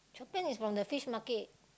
the fin is from the Fish Market